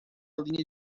linha